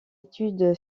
études